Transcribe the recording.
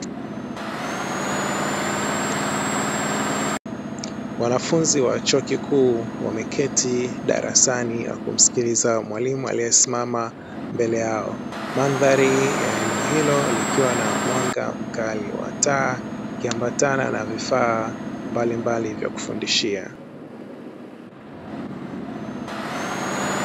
Wanafunzi wa chuo kikuu wameketi darasani na kumsikiliza mwalimu aliyesimama mbele yao, mandhari ya eneo hilo likiwa na mwanga mkali wa taa ikiambatana na vifaa mbalimbali vya kufundishia.